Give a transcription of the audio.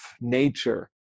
nature